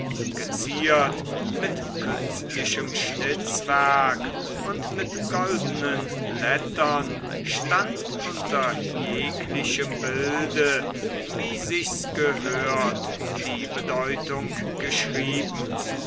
geziert mit künstlichem schnitzwerk und mit goldenen lettern stand unter jeglichem bilde wie sichs gehört die bedeutung geschrieben